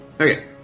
Okay